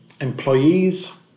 employees